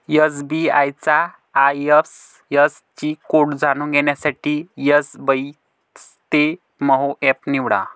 SBI चा IFSC code जाणून घेण्यासाठी एसबइस्तेमहो एप निवडा